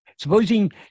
Supposing